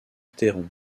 théron